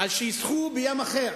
אז שישחו בים אחר,